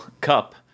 cup